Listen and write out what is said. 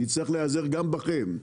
נצטרך להיעזר גם בכם.